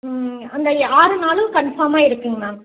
ம் அந்த ஆறு நாளும் கான்ஃபார்மாக இருக்குங்க மேம்